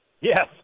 Yes